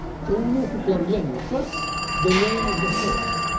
so we move to clavileno first the name of the horse.